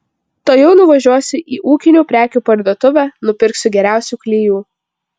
tuojau nuvažiuosiu į ūkinių prekių parduotuvę nupirksiu geriausių klijų